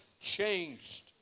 changed